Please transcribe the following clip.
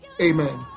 Amen